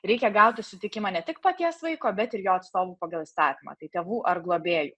reikia gauti sutikimą ne tik paties vaiko bet ir jo atstovų pagal įstatymą tai tėvų ar globėjų